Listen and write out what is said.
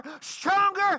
stronger